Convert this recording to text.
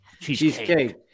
Cheesecake